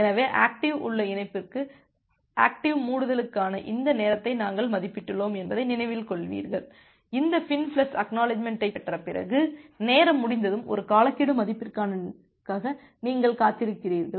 எனவே ஆக்டிவ் உள்ள இணைப்புக்கு ஆக்டிவ்மூடுதலுக்கான இந்த நேரத்தை நாங்கள் மதிப்பிட்டுள்ளோம் என்பதை நினைவில் கொள்கிறீர்கள் இந்த FIN பிளஸ் ACK ஐப் பெற்ற பிறகு நேரம் முடிந்ததும் ஒரு காலக்கெடு மதிப்பிற்காக நீங்கள் காத்திருக்கிறீர்கள்